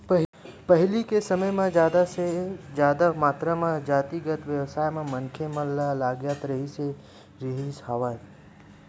पहिली के समे म जादा ले जादा मातरा म जातिगत बेवसाय म मनखे मन लगे राहत रिहिस हवय